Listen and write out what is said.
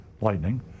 lightning